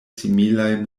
similaj